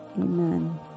Amen